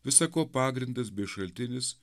visa ko pagrindas bei šaltinis